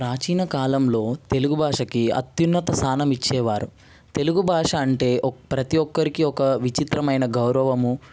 ప్రాచీన కాలంలో తెలుగు భాషకి అత్యున్నత స్థానం ఇచ్చేవారు తెలుగు భాష అంటే ప్రతి ఒక్కరికి ఒక విచిత్రమయిన గౌరవము